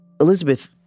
Elizabeth